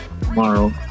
tomorrow